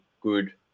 good